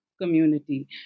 community